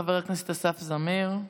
חבר הכנסת אסף זמיר.